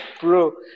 Bro